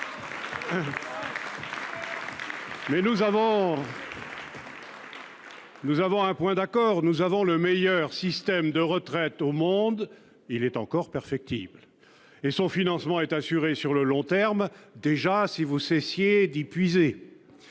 SMIC. Nous avons un point d'accord : nous avons le meilleur système de retraites du monde. Il est encore perfectible, mais son financement serait assuré sur le long terme si vous cessiez d'y puiser.